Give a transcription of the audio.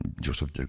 Joseph